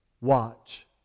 Watch